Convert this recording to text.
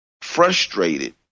frustrated